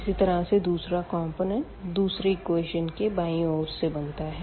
इसी तरह से दूसरा कॉम्पोनेंट दूसरे इक्वेशन की बायीं ओर से बनता है